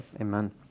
Amen